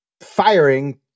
firing